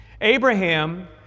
Abraham